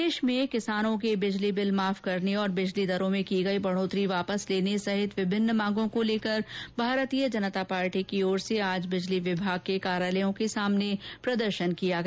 प्रदेश में किसानों के बिजली के बिल माफ करने और बिजली दरो में की गई वृद्धि को वापस लेने सहित विभिन्न मांगों को लेकर भारतीय जनता पार्टी की ओर से आज बिजली विभाग के कार्यालयों के सामने प्रदर्शन किया गया